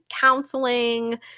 counseling